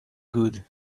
good